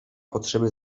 potrzeby